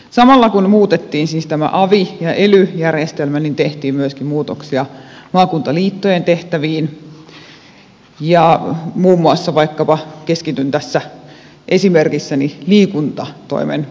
samalla kun muutettiin siis tämä avi ja ely järjestelmä niin tehtiin myöskin muutoksia maakuntaliittojen tehtäviin ja keskityn tässä esimerkissäni liikuntatoimen sektoriin